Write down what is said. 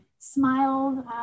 smiled